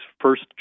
first